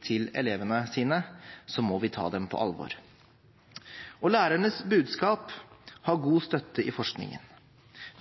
til elevene sine, må vi ta dem på alvor. Og lærernes budskap har god støtte i forskningen.